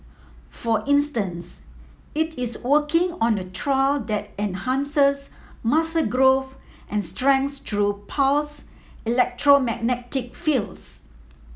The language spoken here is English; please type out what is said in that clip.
for instance it is working on a trial that enhances muscle growth and strength through pulsed electromagnetic fields